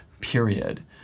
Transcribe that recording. period